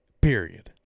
period